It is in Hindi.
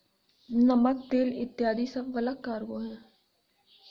नमक, तेल इत्यादी सब बल्क कार्गो हैं